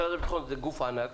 משרד הביטחון זה גוף ענק.